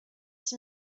six